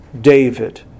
David